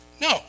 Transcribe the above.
no